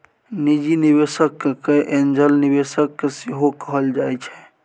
निजी निबेशक केँ एंजल निबेशक सेहो कहल जाइ छै